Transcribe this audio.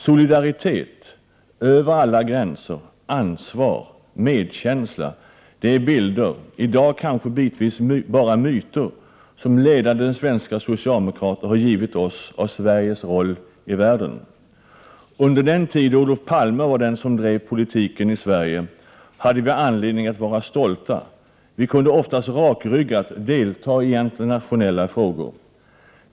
Solidaritet över alla gränser, ansvar, medkänsla; det är bilder — i dag kanske bara myter — som ledande svenska socialdemokrater har givit oss av Sveriges roll i världen. Under den tid då Olof Palme var den som drev politiken i Sverige hade vi anledning att vara stolta — vi kunde oftast rakryggat delta i internationella sammanhang.